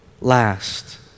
last